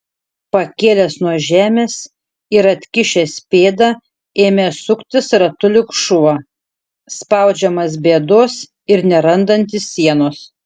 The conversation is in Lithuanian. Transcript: pakėlęs nuo žemės ir atkišęs pėdą ėmė suktis ratu lyg šuo spaudžiamas bėdos ir nerandantis sienos